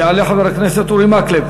יעלה חבר הכנסת אורי מקלב.